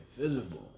invisible